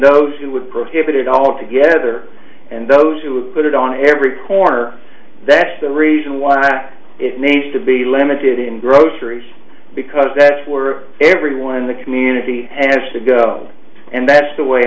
those who would prohibit it altogether and those who put it on every corner that's the reason why it needs to be limited in groceries because that's where everyone in the community has to go and that's the way